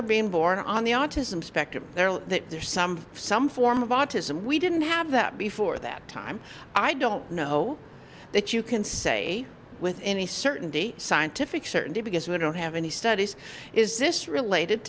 are being born on the autism spectrum that there are some some form of autism we didn't have that before for that time i don't know that you can say with any certainty scientific certainty because we don't have any studies is this related